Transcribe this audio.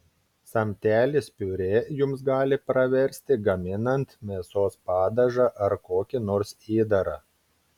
samtelis piurė jums gali praversti gaminant mėsos padažą ar kokį nors įdarą